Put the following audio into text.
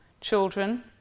children